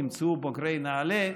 תמצאו בוגרי נעל"ה.